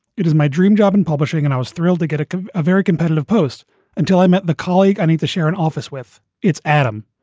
it is my dream job in publishing and i was thrilled to get a very competitive post until i met the colleague i need to share an office with. it's adam.